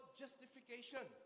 justification